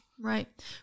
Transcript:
Right